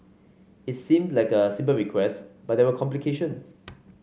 it seemed like a simple request but there were complications